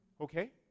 Okay